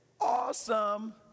awesome